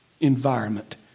environment